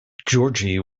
georgi